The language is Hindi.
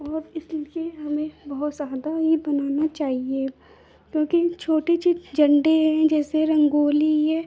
और वह इस हमें बहुत ज़्यादा ही बनाना चाहिए क्योंकि छोटे चि झंडे हैं जैसे रंगोली है